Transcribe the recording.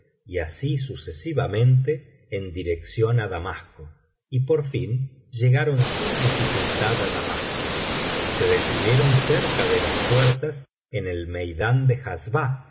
y así sucesivamente en dirección á damasco y por fin llegaron sin dificultad á damasco y se detuvieron cerca de las puertas en el meidán de hasba